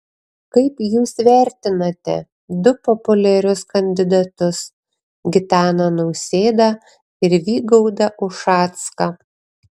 kaip jūs vertinate du populiarius kandidatus gitaną nausėdą ir vygaudą ušacką